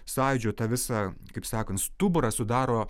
sąjūdžio tą visą kaip sakant stuburą sudaro